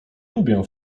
lubię